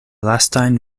lastajn